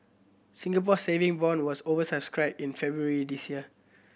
Singapore Saving Bond was over subscribed in February this year